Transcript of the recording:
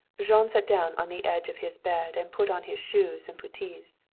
jean sat down on the edge of his bed and put on his shoes and puttees.